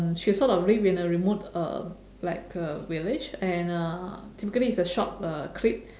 she sort of live in a remote uh like a village and uh typically it's a short uh clip